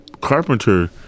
carpenter